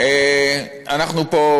אנחנו פה,